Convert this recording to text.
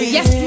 Yes